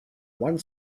one